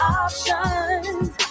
options